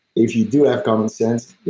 if you do have common sense,